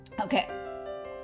Okay